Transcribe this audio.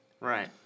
right